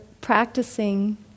Practicing